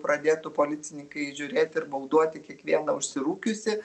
pradėtų policininkai žiūrėt ir bauduoti kiekvieną užsirūkiusį